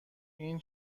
این